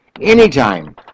Anytime